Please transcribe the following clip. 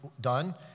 done